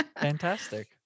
fantastic